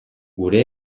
gure